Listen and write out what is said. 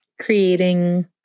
creating